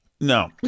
No